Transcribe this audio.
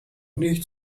nicht